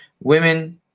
women